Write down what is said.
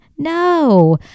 No